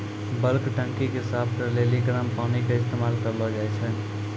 bulk टंकी के साफ करै लेली गरम पानी के इस्तेमाल करलो जाय छै